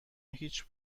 هیچ